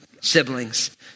siblings